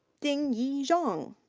dingyi zhang.